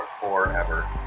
Forever